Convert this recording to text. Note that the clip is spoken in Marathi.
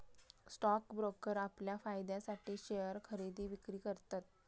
स्टॉक ब्रोकर आपल्या फायद्यासाठी शेयर खरेदी विक्री करतत